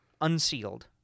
unsealed